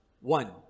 one